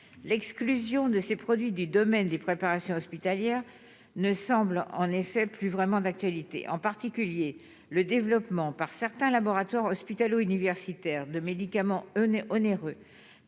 l'exclusion de ses produits des domaines des préparations hospitalières ne semble en effet plus vraiment d'actualité, en particulier le développement par certains laboratoires hospitalo-universitaire de médicaments un et